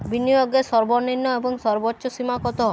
বিনিয়োগের সর্বনিম্ন এবং সর্বোচ্চ সীমা কত?